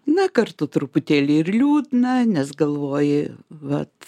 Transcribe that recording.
na kartu truputėlį ir liūdna nes galvoji vat